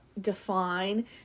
define